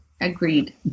agreed